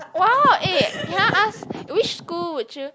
!wow! eh can I ask which school would you